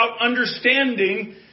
understanding